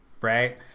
right